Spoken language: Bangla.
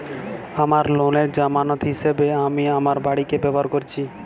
আমার লোনের জামানত হিসেবে আমি আমার বাড়িকে ব্যবহার করেছি